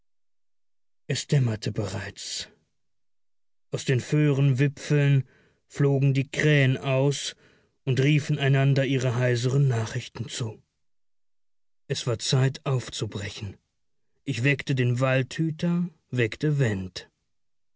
es dämmerte bereits aus den föhrenwipfeln flogen die krähen aus und riefen einander ihre heiseren nachrichten zu es war zeit aufzubrechen ich weckte den waldhüter weckte went